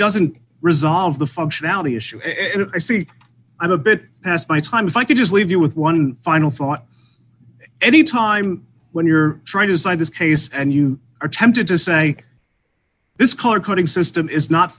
doesn't resolve the functionality issue i see i'm a bit past my time if i could just leave you with one final thought any time when you're trying to decide this case and you are tempted to say this color coding system